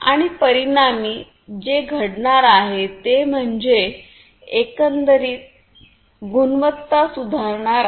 आणि परिणामी जे घडणार आहे ते म्हणजे एकंदरीत गुणवत्ता सुधारणार आहे